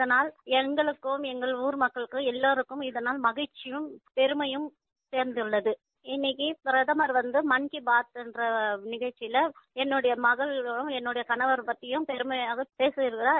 இதனால் எங்களுக்கும் எங்க ஊர் மக்களுக்கும் எல்லோருக்கும் இதனால் மகிழ்ச்சியும் பெருமையும் சேர்ந்தள்ளது இன்னைக்கு பிரதமர் வந்து மன்கி பாத் நிகழ்ச்சியிலே என்னுடைய மகளையும் என்னுடைய கணவர் பற்றியும் பெருமையா பேசியிருக்கிறார்